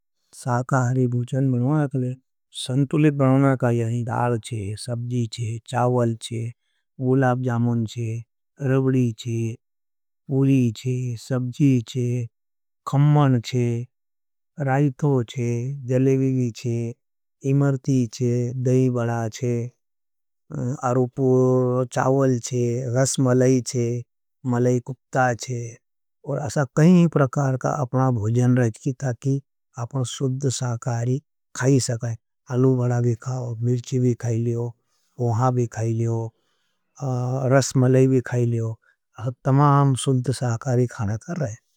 साकाहरी भूचन बनूना काले। संतुलित बनूना काले, यही दाल चे, सबजी चे, चावल चे, वुलाब जामन चे, रबडी चे, पूरी चे, सबजी चे, खम्मन चे, राइथो चे, जलेविगी चे, इमर्ती चे। दईबड़ा चे, आरूप चावल चे, गस मलै चे, मलै कुप चे, अपना भूजन रखती ताकि सुध्ध साकारी खायी सकें। अलू बड़ा भी खाओ, मिल्ची भी खाई लेओ, मोहा भी खाई लेओ, रस मलै भी खाई लेओ, तमाम सुध्ध साकारी खाना कर रहें।